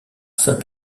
saint